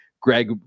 Greg